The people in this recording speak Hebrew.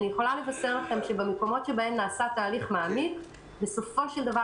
אני יכולה לבשר לכם שבמקומות שבהם נעשה תהליך מעמיק בסופו של דבר